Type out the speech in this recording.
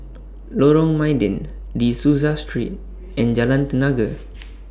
Lorong Mydin De Souza Street and Jalan Tenaga